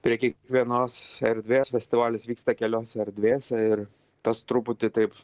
prie kiekvienos erdvės festivalis vyksta keliose erdvėse ir tas truputį taip